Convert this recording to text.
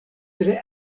tre